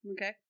Okay